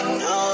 no